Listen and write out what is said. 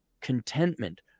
contentment